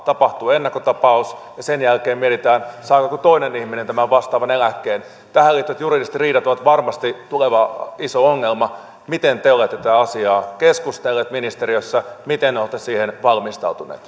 tapahtuu ennakkotapaus ja sen jälkeen mietitään saako joku toinen ihminen tämän vastaavan eläkkeen tähän liittyvät juridiset riidat ovat varmasti tuleva iso ongelma miten te olette tästä asiasta keskustelleet ministeriössä miten olette siihen valmistautuneet